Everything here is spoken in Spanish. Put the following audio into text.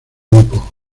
grupo